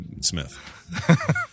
Smith